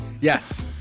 Yes